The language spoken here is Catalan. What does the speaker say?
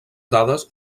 dades